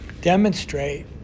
demonstrate